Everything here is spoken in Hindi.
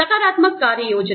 सकारात्मक कार्य योजना